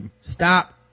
Stop